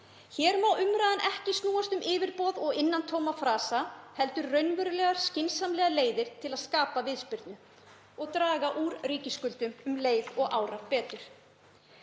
Hér má umræðan ekki snúast um yfirboð og innantóma frasa heldur raunverulegar og skynsamlegar leiðir til að skapa viðspyrnu og draga úr ríkisskuldum um leið og árar betur.